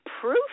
proof